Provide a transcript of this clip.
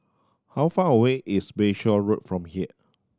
how far away is Bayshore Road from here